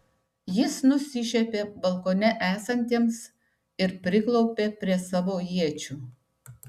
jis nusišiepė balkone esantiems ir priklaupė prie savo iečių